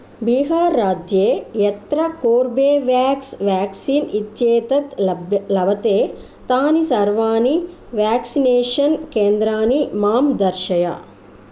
बीहार् राज्ये यत्र Corbevax vaccine इत्येतत् लभ् लभते तानि सर्वाणि व्याक्सिनेषन् केन्द्राणि मां दर्शय